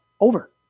over